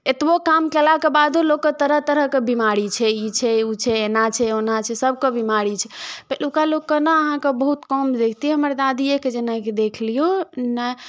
एतबो काम केलाके बादो लोक कए तरह तरहके बीमारी छै ई छै ओ छै एना छै ओना छै सबके बीमारी छै पहिलुका लोकके ने अहाँके बहुत कम देखतियै हमर दादिएके जेना देख लियौ ने